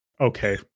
okay